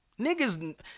Niggas